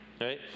right